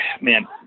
man